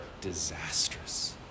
disastrous